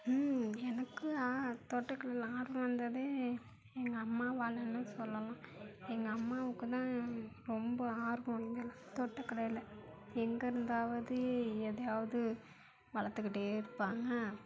எனக்கு தோட்டக்கலையில் ஆர்வம் வந்ததே எங்கள் அம்மாவால்னு சொல்லலாம் எங்கள் அம்மாவுக்கு தான் ரொம்ப ஆர்வம் இதில் தோட்டக்கலையில் எங்கேருந்தாவது எதையாவது வளர்த்துக்கிட்டே இருப்பாங்க